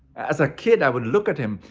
as a kid, i would look at him.